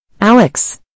Alex